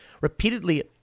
repeatedly